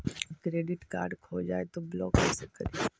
Credit card खो जाए तो ब्लॉक कैसे करी?